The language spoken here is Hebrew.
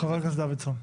חבר הכנסת דוידסון.